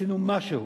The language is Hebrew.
שעשינו משהו,